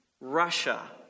Russia